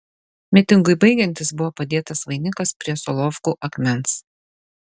mitingui baigiantis buvo padėtas vainikas prie solovkų akmens